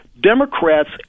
Democrats